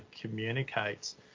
communicates